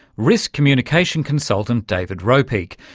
risk communication consultant david ropeik,